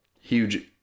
huge